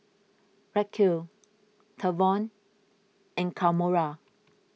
Racquel Tavon and Kamora